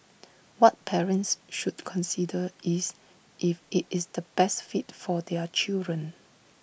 what parents should consider is if IT is the best fit for their children